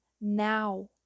now